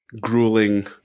grueling